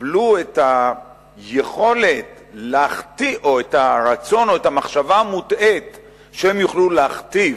קיבלו את היכולת או את הרצון או את המחשבה המוטעית שהם יוכלו להכתיב.